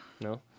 No